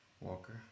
Walker